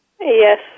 Yes